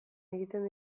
egiten